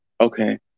Okay